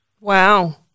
Wow